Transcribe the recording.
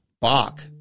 Bach